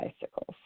bicycles